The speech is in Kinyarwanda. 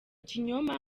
kinyoma